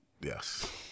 yes